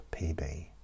PB